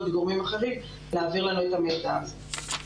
וגורמים אחרים להעביר לנו את המידע הזה.